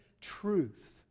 truth